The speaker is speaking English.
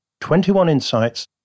21insights